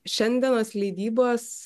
šiandienos leidybos